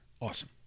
Awesome